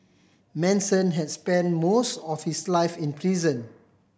Manson has spent most of his life in prison